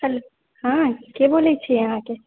hello हँऽ ऽ के बोलै छियै अहाँके